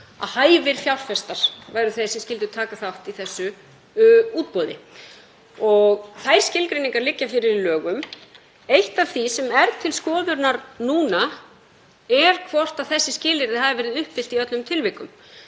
að hæfir fjárfestar væru þeir sem skyldu taka þátt í þessu útboði. Þær skilgreiningar liggja fyrir í lögum. Eitt af því sem er til skoðunar núna er hvort þessi skilyrði hafi verið uppfyllt í öllum tilvikum.